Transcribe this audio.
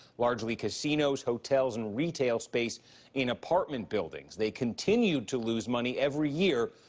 largely casinos, hotels, and retail space in apartment buildings. they continued to lose money every year,